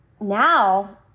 now